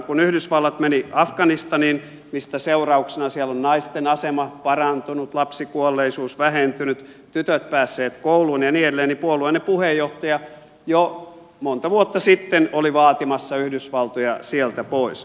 kun yhdysvallat meni afganistaniin mistä seurauksena siellä on naisten asema parantunut lapsikuolleisuus vähentynyt tytöt päässeet kouluun ja niin edelleen niin puolueenne puheenjohtaja jo monta vuotta sitten oli vaatimassa yhdysvaltoja sieltä pois